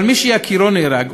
אבל מי שיקירו נהרג,